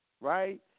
right